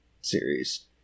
series